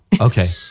Okay